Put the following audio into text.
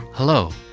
Hello